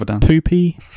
Poopy